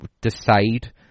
decide